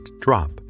drop